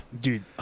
dude